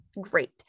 Great